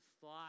thought